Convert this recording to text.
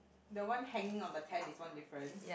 the one hanging on the tent is one difference